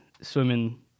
swimming